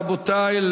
רבותי,